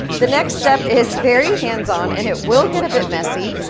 the next step is very hands-on, and it will get a bit messy.